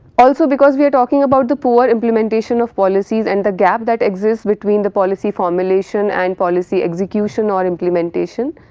also because we are talking about the poor implementation of policies and the gap that exists between the policy formulation and policy execution or implementation,